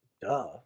duh